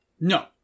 No